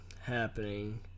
happening